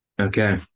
Okay